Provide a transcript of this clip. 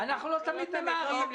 אנחנו לא תמיד ממהרים.